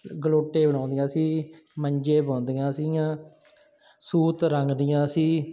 ਗਲੋਟੇ ਬਣਾਉਂਦੀਆਂ ਸੀ ਮੰਜੇ ਬੁਣਦੀਆਂ ਸੀਗੀਆਂ ਸੂਤ ਰੰਗਦੀਆਂ ਸੀ